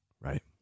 Right